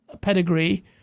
pedigree